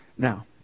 Now